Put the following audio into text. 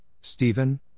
Stephen